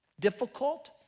difficult